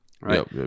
right